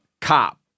cop